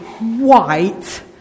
White